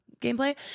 gameplay